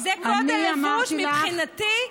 זה קוד הלבוש מבחינתי.